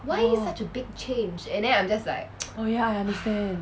oh oh ya I understand